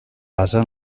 basa